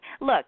Look